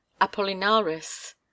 apollinaris